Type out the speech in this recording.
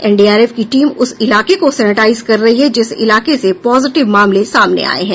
NDRF की team उस इलाके को सेनेटाइज कर रही जिस इलाके से पॉजिटिव मामले सामने आए हैं